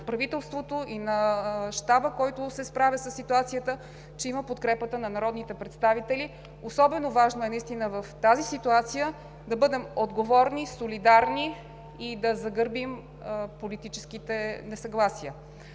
правителството и на Щаба, който се справя със ситуацията, че има подкрепата на народните представители. Особено важно е наистина в тази ситуация да бъдем отговорни, солидарни и да загърбим политическите несъгласия.